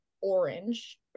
orange